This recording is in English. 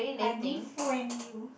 I don't fool and you